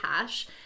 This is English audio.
cash